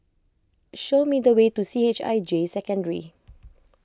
show me the way to C H I J Secondary